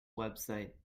website